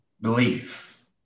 belief